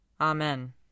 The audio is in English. Amen